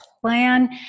plan